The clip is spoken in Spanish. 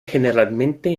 generalmente